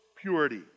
purity